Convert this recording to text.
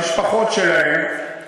במשפחות שלהם.